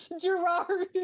Gerard